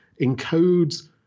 encodes